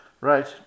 Right